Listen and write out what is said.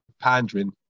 pandering